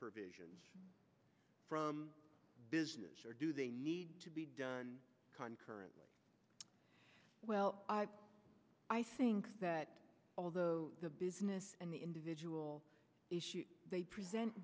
provisions from businesses or do they need to be done concurrently well i think that although the business and the individual issues they present